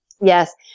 Yes